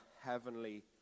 heavenly